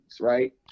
right